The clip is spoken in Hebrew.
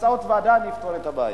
באמצעות ועדה אני אפתור את הבעיה.